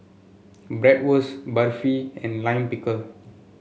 Bratwurst Barfi and Lime Pickle